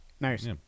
Nice